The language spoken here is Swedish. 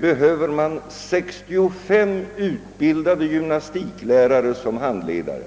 behöver 65 utbildade gymnastiklärare som handledare.